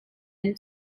and